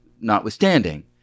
notwithstanding